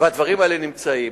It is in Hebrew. והדברים האלה נמצאים,